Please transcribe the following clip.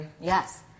Yes